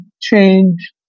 change